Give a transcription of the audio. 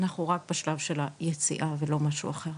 אנחנו רק בשלב של היציאה ולא משהו אחר.